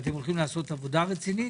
ונראה שאתם הולכים לעשות עבודה רצינית.